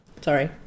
sorry